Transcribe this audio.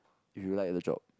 if you like the job